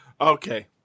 Okay